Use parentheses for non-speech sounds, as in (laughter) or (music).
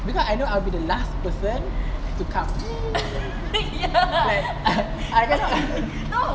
because I know I would be the last person to come (laughs) ya like I just come